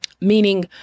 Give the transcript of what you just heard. meaning